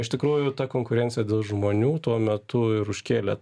iš tikrųjų ta konkurencija dėl žmonių tuo metu ir užkėlė